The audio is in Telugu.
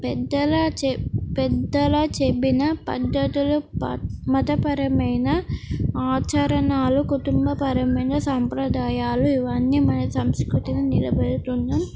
పెద్దల చె పెద్దల చెప్పిన పద్ధతులు ప మతపరమైన ఆచరణలు కుటుంబపరమైన సంప్రదాయాలు ఇవన్నీ మన సంస్కృతిని నిలబెడుతున్న